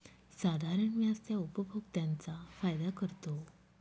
साधारण व्याज त्या उपभोक्त्यांचा फायदा करतो